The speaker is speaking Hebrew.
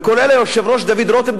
כולל היושב-ראש של ועדת חוקה דוד רותם,